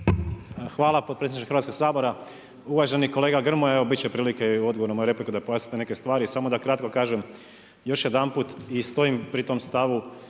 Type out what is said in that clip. Hvala potpredsjedniče Hrvatskoga sabora. Uvaženi kolega Grmoja, evo biti će prilike i u odgovoru na moju repliku da pojasnite neke stvari. Samo da kratko kažem još jedanput i stojim pri tome stavu,